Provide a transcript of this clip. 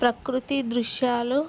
ప్రకృతి దృశ్యాలు